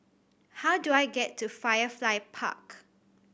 how do I get to Firefly Park